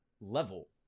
level